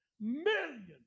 million